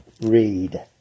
read